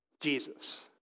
Jesus